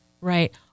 right